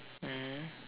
mm